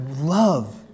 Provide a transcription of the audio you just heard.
love